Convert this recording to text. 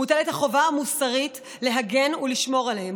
מוטלת החובה המוסרית להגן ולשמור עליהם,